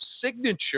signature